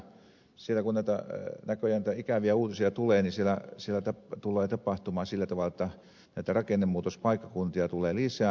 siellä kun näköjään näitä ikäviä uutisia tulee tulee tapahtumaan sillä tavalla jotta näitä rakennemuutospaikkakuntia tulee lisää